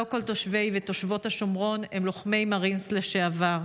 לא כל תושבי ותושבות השומרון הם לוחמי מארינס לשעבר,